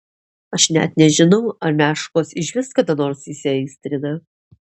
aš net nežinau ar meškos išvis kada nors įsiaistrina